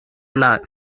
live